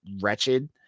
wretched